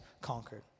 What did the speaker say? conquered